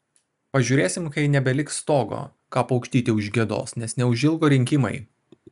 pažiūrėsim kai nebeliks stogo ką paukštytė užgiedos nes neužilgo rinkimai